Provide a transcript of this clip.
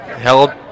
Held